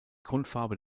grundfarbe